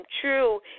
true